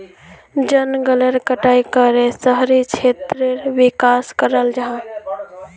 जनगलेर कटाई करे शहरी क्षेत्रेर विकास कराल जाहा